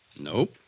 Nope